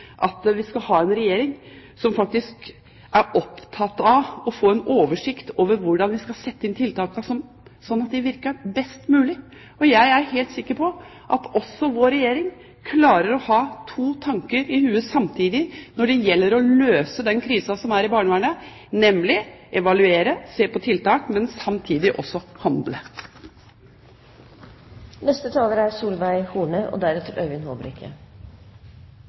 at vi har en regjering som faktisk er opptatt av å få en oversikt over hvordan vi skal sette inn tiltakene, slik at de virker best mulig! Jeg er helt sikker på at også vår regjering klarer å ha to tanker i hodet samtidig når det gjelder å løse den krisen som er i barnevernet, nemlig ved å evaluere, se på tiltak og samtidig handle. Nå blir jeg ikke klok på noen ting. Et felles mål er